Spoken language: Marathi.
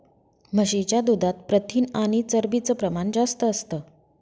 म्हशीच्या दुधात प्रथिन आणि चरबीच प्रमाण जास्त असतं